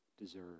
deserve